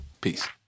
Peace